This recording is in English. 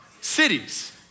Cities